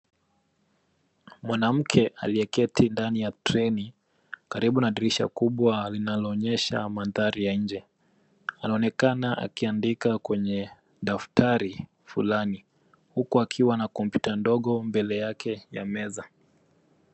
Mwanamke aliyeketi ndani ya treni karibu na dirisha kubwa linaloonyesha mandhari ya nje. Anaonekana akiandika kwenye daftari fulani huko akiwa na kompyuta ndogo mbele yake ya meza.